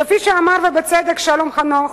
כפי שאמר, ובצדק, שלום חנוך: